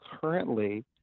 currently